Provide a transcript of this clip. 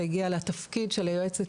אני אגיע לתפקיד של יועצת,